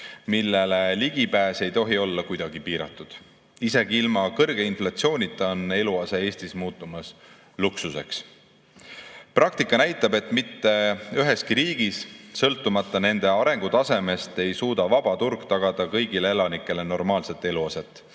millele ligipääs ei tohi olla kuidagi piiratud. Isegi ilma kõrge inflatsioonita on eluase Eestis muutumas luksuseks. Praktika näitab, et mitte üheski riigis, sõltumata arengutasemest, ei suuda vaba turg tagada kõigile elanikele normaalset eluaset.